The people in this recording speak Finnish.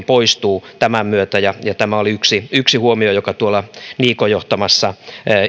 poistuu tämän myötä ja ja tämä oli yksi yksi huomio joka tuolla niikon johtamassa